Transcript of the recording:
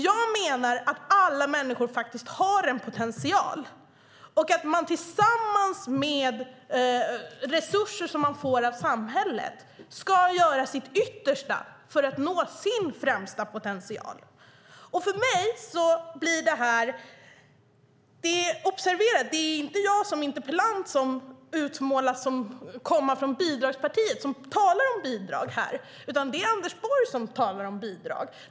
Jag menar att alla människor faktiskt har en potential och att man tillsammans med resurser som man får av samhället ska göra sitt yttersta för att nå sin främsta potential. Observera att det inte är jag, interpellanten som utmålas som kommande från bidragspartiet, som talar om bidrag här, utan det är Anders Borg som talar om bidrag.